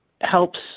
helps